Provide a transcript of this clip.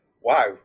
wow